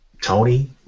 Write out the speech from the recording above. Tony